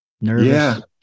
nervous